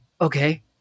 okay